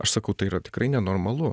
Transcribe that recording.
aš sakau tai yra tikrai nenormalu